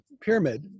pyramid